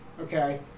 okay